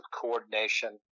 coordination